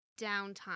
downtime